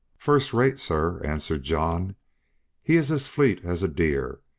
first rate, sir, answered john he is as fleet as a deer,